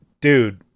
dude